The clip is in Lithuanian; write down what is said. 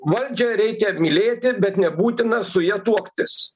valdžią reikia mylėti bet nebūtina su ja tuoktis